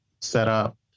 setup